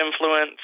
influence